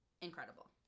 incredible